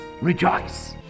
Rejoice